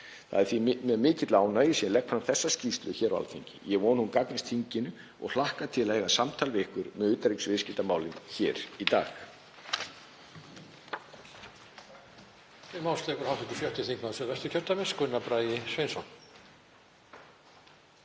Það er því með mikilli ánægju sem ég legg fram þessa skýrslu hér á Alþingi. Ég vona að hún gagnist þinginu og hlakka til að eiga samtal við ykkur um utanríkisviðskiptamálin hér í dag.